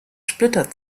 splitter